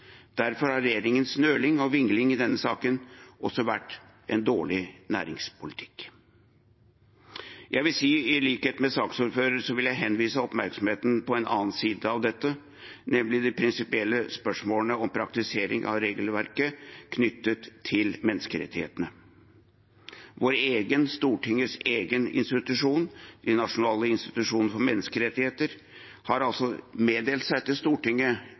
Derfor har regjeringens nøling og vingling i denne saken også vært dårlig næringspolitikk. I likhet med saksordføreren vil jeg henlede oppmerksomheten på en annen side av dette, nemlig de prinsipielle spørsmålene om praktisering av regelverket knyttet til menneskerettighetene. Stortingets egen institusjon, Norges nasjonale institusjon for menneskerettigheter, har meddelt seg til Stortinget